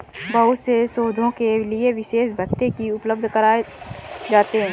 बहुत से शोधों के लिये विशेष भत्ते भी उपलब्ध कराये जाते हैं